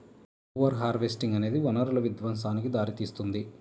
over harvesting అనేది వనరుల విధ్వంసానికి దారితీస్తుంది